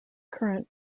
current